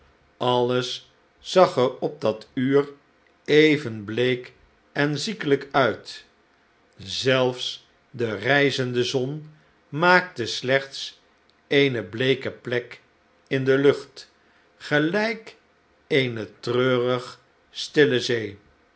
allcs zag er op dat uur even week en ziekelijk uit zelfs de rijzende zon maakte slechts eene bleeke plek in de lucht gelijk eene treurig stille zee